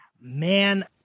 Man